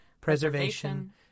preservation